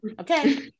Okay